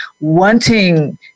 wanting